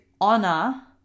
honor